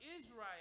Israel